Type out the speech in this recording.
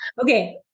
okay